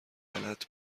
غلط